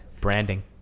branding